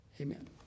amen